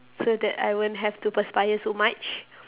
so that I won't have to perspire so much